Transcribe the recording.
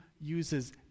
uses